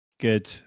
Good